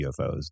UFOs